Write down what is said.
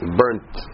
burnt